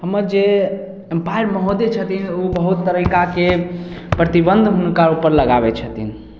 हमर जे एम्पायर महोदय छथिन ओ बहुत तरीकाके प्रतिबन्ध हुनका उपर लगाबै छथिन